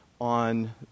on